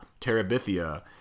Terabithia